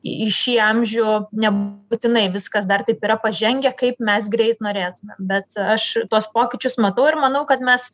į šį amžių nebūtinai viskas dar taip yra pažengę kaip mes greit norėtumėm bet aš tuos pokyčius matau ir manau kad mes